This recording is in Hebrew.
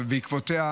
ובעקבותיה,